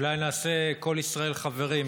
אולי נעשה "כל ישראל חברים".